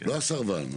לא הסרבן,